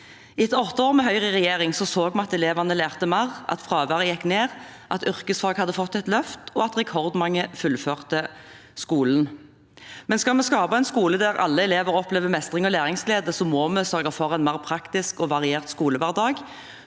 Etter åtte år med Høyre i regjering så vi at elevene lærte mer, at fraværet gikk ned, at yrkesfag hadde fått et løft, og at rekordmange fullførte skolen. Skal vi skape en skole der alle elever opplever mestring og læringsglede, må vi sørge for en mer praktisk og variert skolehverdag,